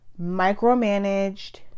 micromanaged